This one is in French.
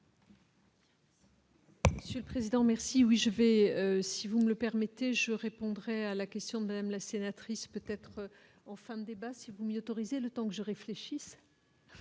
Le président merci oui je vais si vous le permettez, je répondrai à la question de madame la sénatrice peut-être enfin débat si vous y autoriser le temps que je réfléchisse